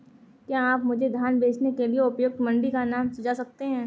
क्या आप मुझे धान बेचने के लिए उपयुक्त मंडी का नाम सूझा सकते हैं?